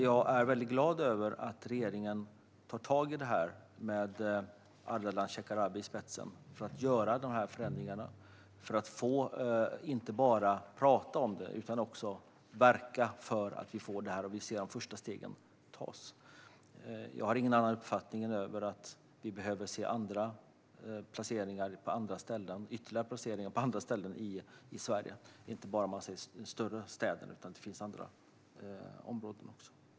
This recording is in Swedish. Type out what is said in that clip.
Jag är väldigt glad över att regeringen, med Ardalan Shekarabi i spetsen, tar tag i att göra dessa förändringar och att man inte bara pratar om dem utan också verkar för att vi ska få dem plats. Vi ser de första stegen tas. Jag har ingen annan uppfattning än att vi behöver se ytterligare placeringar på andra ställen i Sverige, i andra områden än bara större städer.